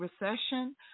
Recession